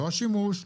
לא השימוש,